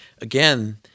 again